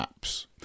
apps